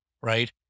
right